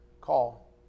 call